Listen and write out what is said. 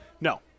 No